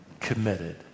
committed